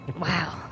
Wow